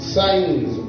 signs